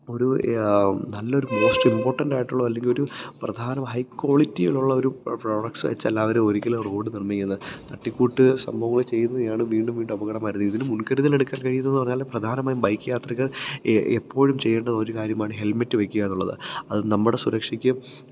ഒര് നല്ലൊരു മോസ്റ്റ് ഇമ്പോട്ടന്റ്റായിട്ടൊള്ള അല്ലെങ്കിൽ ഒരു പ്രധാനമായ ക്വാളിറ്റിലൊള്ള ഒരു പ്രോഡക്റ്റ്സ് വെച്ചല്ലാതൊരു ഒരിക്കലും ആ റോഡ് നിര്മ്മിക്കല് തട്ടിക്കൂട്ട് സംഭവങ്ങള് ചെയ്ത്കയാണ് വീണ്ടും വീണ്ടും അപകടം വര്ന്നെ ഇതിനും മുൻകരുതലെടുക്കാൻ കഴിയുന്നതെന്ന് പറഞ്ഞാല് പ്രധാനമായും ബൈക്ക് യാത്രികര് എപ്പോഴും ചെയ്യണ്ട ഒരു കാര്യമാണ് ഹെല്മെറ്റ് വെക്കുക എന്നുള്ളത് അത് നമ്മുടെ സുരക്ഷയ്ക്ക്